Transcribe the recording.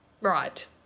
Right